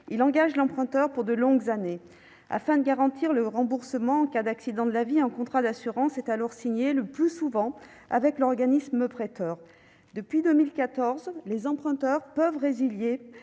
Il engage l'emprunteur pour de longues années. Afin de garantir le remboursement en cas d'accident de la vie, un contrat d'assurance est alors signé, le plus souvent, avec l'organisme prêteur. Depuis 2014, les emprunteurs peuvent résilier